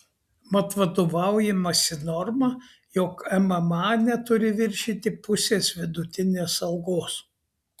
mat vadovaujamasi norma jog mma neturi viršyti pusės vidutinės algos